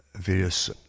various